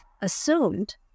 assumed